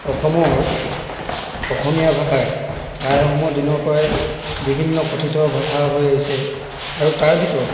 অসমৰ অসমীয়া ভাষাৰ টাই আহোমৰ দিনৰপৰাই বিভিন্ন কথিত ভাষা হৈ আহিছে আৰু তাৰ ভিতৰত